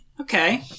Okay